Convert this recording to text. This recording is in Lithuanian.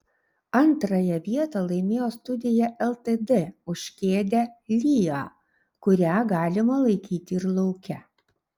antrąją vietą laimėjo studija ltd už kėdę lya kurią galima laikyti ir lauke